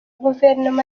guverinoma